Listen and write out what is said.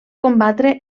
combatre